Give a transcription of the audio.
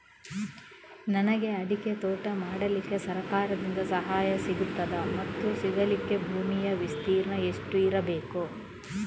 ನನಗೆ ಅಡಿಕೆ ತೋಟ ಮಾಡಲಿಕ್ಕೆ ಸರಕಾರದಿಂದ ಸಹಾಯ ಸಿಗುತ್ತದಾ ಮತ್ತು ಸಿಗಲಿಕ್ಕೆ ಭೂಮಿಯ ವಿಸ್ತೀರ್ಣ ಎಷ್ಟು ಇರಬೇಕು?